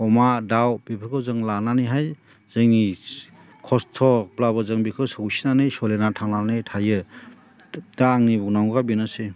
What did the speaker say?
अमा दाउ बेफोरखौ जों लानानैहाय जोंनि खस्थ'ब्लाबो जों बेखौ सौसिनानै सलिनानै थांनानै थायो दा आंनि बुंनांगौआ बेनोसै